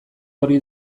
hori